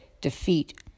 defeat